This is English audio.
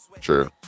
True